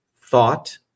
thought